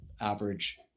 average